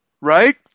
right